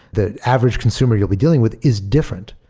the average consumer you'll be dealing with is different.